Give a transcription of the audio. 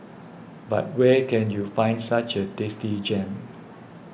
but where can you find such a tasty gem